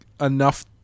enough